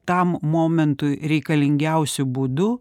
tam momentui reikalingiausiu būdu